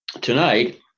tonight